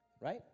Right